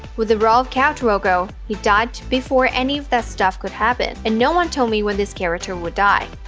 with the role of khal drogo, he died before any of that stuff could happen, and no one told me when this character would die.